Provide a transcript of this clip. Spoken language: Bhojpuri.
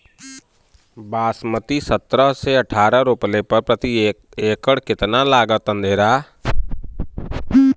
बासमती सत्रह से अठारह रोपले पर प्रति एकड़ कितना लागत अंधेरा?